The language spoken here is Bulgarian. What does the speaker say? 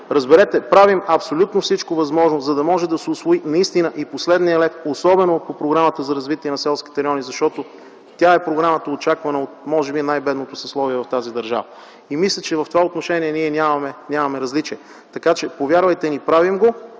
Разберете – правим абсолютно всичко възможно, за да може да се усвои наистина и последния лев, особено по Програмата за развитието на селските райони. Тя е програмата, очаквана може би от най-бедното съсловие в тази държава и мисля, че в това отношение ние нямаме различия. Така че, повярвайте ни, правим го